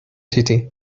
city